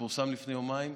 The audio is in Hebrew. שפורסם לפני יומיים,